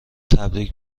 تبریک